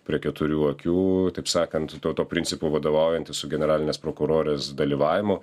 prie keturių akių taip sakant tuo tuo principu vadovaujantis su generalinės prokurorės dalyvavimu